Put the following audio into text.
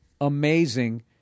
amazing